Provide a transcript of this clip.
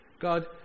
God